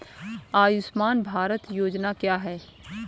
आयुष्मान भारत योजना क्या है?